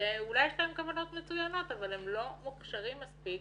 שאולי יש להם כוונות מצוינות אבל הם לא מוכשרים מספיק